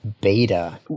beta